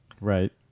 Right